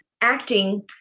acting